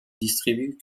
distribue